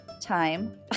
time